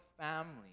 family